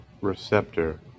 receptor